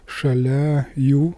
šalia jų